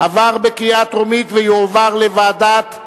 עברה בקריאה טרומית ותועבר לוועדת,